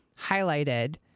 highlighted